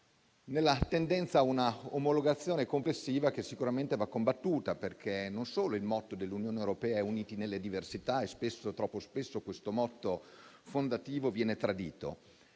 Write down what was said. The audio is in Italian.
nella tendenza ad una omologazione complessiva che sicuramente va combattuta. Questo perché, non solo il motto dell'Unione europea è «uniti nelle diversità» (e troppo spesso questo motto fondativo viene tradito),